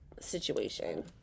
situation